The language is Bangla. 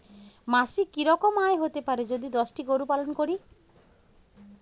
মাসিক কি রকম আয় হতে পারে যদি দশটি গরু পালন করি?